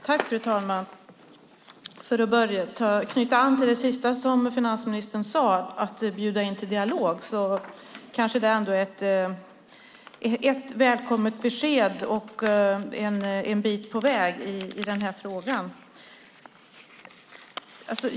Fru talman! För att knyta an till det sista som finansministern sade, att bjuda in till dialog, är det kanske ändå ett välkommet besked och en bit på väg i den här frågan.